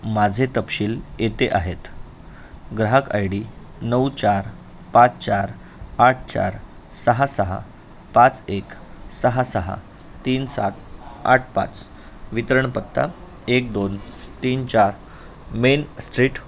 माझे तपशील येथे आहेत ग्राहक आय डी नऊ चार पाच चार आठ चार सहा सहा पाच एक सहा सहा तीन सात आठ पाच वितरण पत्ता एक दोन तीन चार मेन स्ट्रीट